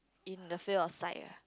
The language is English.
in the field of psych ah